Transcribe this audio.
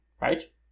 Right